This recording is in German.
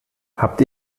habt